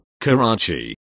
Karachi